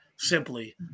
Simply